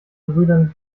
gebrüdern